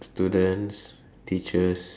students teachers